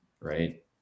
right